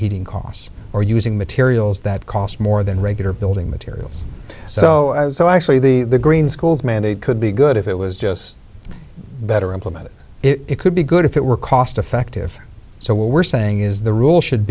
heating costs or using materials that cost more than regular building materials so so actually the green school's mandate could be good if it was just better implemented it could be good if it were cost effective so what we're saying is the rule should